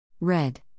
Red